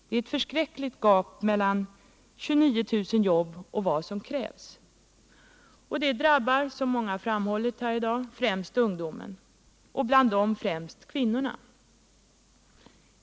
Det är ett förskräckligt gap mellan 29 000 jobb och det som krävs. Detta drabbar, som många framhållit här i dag, främst ungdomen och bland denna framför allt kvinnorna.